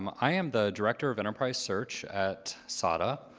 um i am the director of enterprise search at sada.